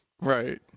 right